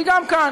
כי גם כאן,